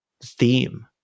theme